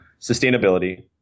sustainability